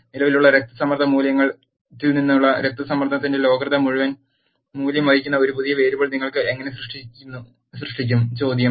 നിലവിലുള്ള രക്തസമ്മർദ്ദ മൂല്യത്തിൽ നിന്നുള്ള രക്തസമ്മർദ്ദത്തിന്റെ ലോഗരിതം മൂല്യം വഹിക്കുന്ന ഒരു പുതിയ വേരിയബിൾ നിങ്ങൾ എങ്ങനെ സൃഷ്ടിക്കും ചോദ്യം